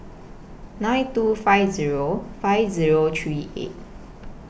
nine two five Zero five Zero three eight